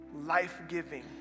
life-giving